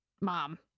Mom